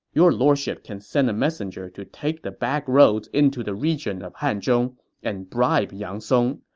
your lordship can send a messenger to take the back roads into the region of hanzhong and bribe yang song.